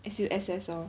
S_U_S_S lor